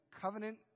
covenant